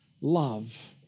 love